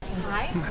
Hi